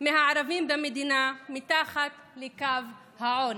מהערבים במדינה מתחת לקו העוני.